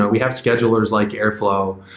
but we have schedulers like airflow.